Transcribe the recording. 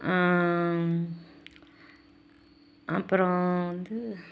அப்புறம் வந்து